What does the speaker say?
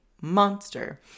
monster